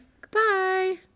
Goodbye